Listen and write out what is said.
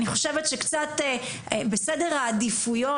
אני חושבת שבסדר העדיפויות,